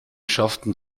schafften